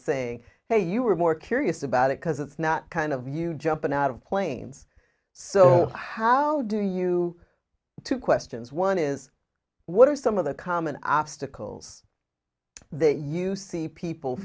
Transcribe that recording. saying hey you were more curious about it because it's not kind of you jumping out of planes so how do you two questions one is what are some of the common obstacles that you see people